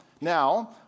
Now